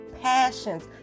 passions